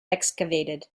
excavated